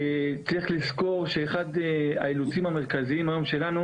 צריך לזכור שאחד האילוצים המרכזיים שלנו היום,